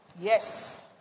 Yes